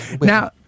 Now